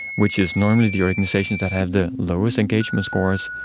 which is normally the organisations that have the lowest engagement scores,